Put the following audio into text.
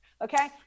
Okay